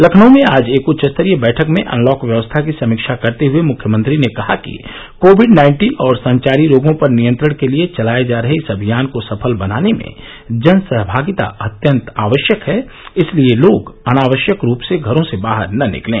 लखनऊ में आज एक उच्च स्तरीय बैठक में अनलॉक व्यवस्था की समीक्षा करते हए मुख्यमंत्री ने कहा कि कोविड नाइन्टीन और संचारी रोगों पर नियंत्रण के लिए चलाए जा रहे इस अभियान को सफल बनाने में जन सहमागिता अत्यंत आवश्यक है इसलिए लोग अनावश्यक रूप से घरों से बाहर न निकलें